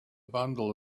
bundle